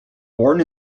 born